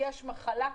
יש מחלה כרגע,